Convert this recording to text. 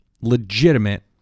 legitimate